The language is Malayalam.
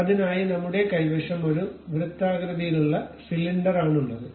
അതിനായി നമ്മുടെ കൈവശം ഒരു വൃത്താകൃതിയിലുള്ള സിലിണ്ടറാണ് ഉള്ളത്